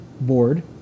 board